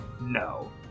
No